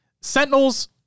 Sentinels